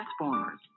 transformers